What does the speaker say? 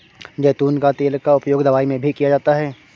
ज़ैतून का तेल का उपयोग दवाई में भी किया जाता है